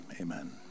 amen